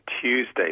Tuesday